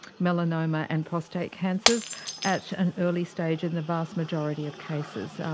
melanoma and prostate cancers at an early stage in the vast majority of cases, um